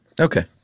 okay